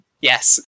Yes